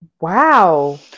wow